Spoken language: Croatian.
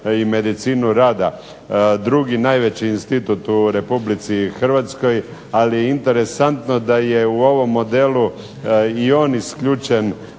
i medicinu rada. Drugi najveći institut u Republici Hrvatskoj, ali interesantno da je u ovom modelu i on isključen